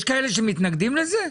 יש כאלה שמתנגדים לזה?